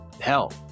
hell